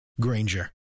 Granger